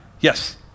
yes